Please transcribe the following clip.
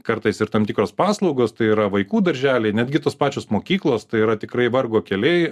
kartais ir tam tikros paslaugos tai yra vaikų darželiai netgi tos pačios mokyklos tai yra tikrai vargo keliai